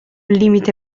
limite